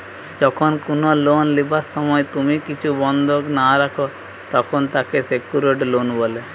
যখন কুনো লোন লিবার সময় তুমি কিছু বন্ধক না রাখো, তখন তাকে সেক্যুরড লোন বলে